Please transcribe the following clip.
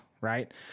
right